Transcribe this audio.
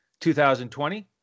2020